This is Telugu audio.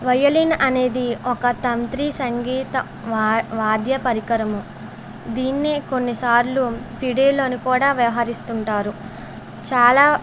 వయోలిన్ అనేది ఒక తంత్రి సంగీత వా వాద్య పరికరము దీన్నే కొన్నిసార్లు ఫిడేల్ అని కూడా వ్యవహరిస్తుంటారు చాలా